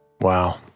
Wow